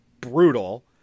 brutal